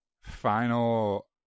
final